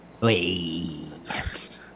Wait